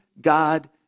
God